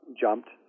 jumped